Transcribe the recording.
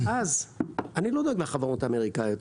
אני לא דואג לחברות האמריקאיות,